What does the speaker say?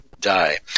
die